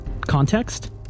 context